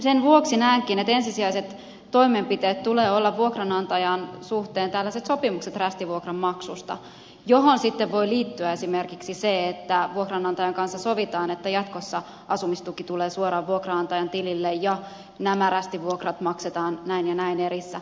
sen vuoksi näenkin että ensisijaisten toimenpiteiden tulee olla vuokranantajan suhteen sopimukset rästivuokran maksusta johon sitten voi liittyä esimerkiksi se että vuokranantajan kanssa sovitaan että jatkossa asumistuki tulee suoraan vuokranantajan tilille ja nämä rästivuokrat maksetaan näin ja näin erissä